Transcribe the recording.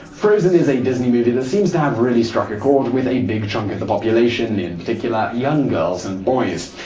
frozen is a disney movie that seems to have really struck a chord with big chunk of the population, in particular, young girls and boys.